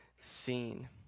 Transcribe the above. seen